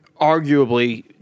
arguably